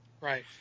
Right